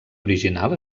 original